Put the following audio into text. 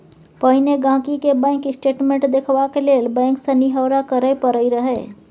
पहिने गांहिकी केँ बैंक स्टेटमेंट देखबाक लेल बैंक सँ निहौरा करय परय रहय